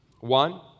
One